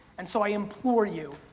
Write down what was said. and so i implore you,